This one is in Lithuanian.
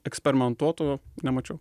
eksperimentuotų nemačiau